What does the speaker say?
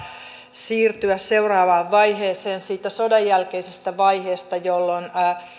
siirtyä seuraavaan vaiheeseen siitä sodanjälkeisestä vaiheesta jolloin